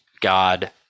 God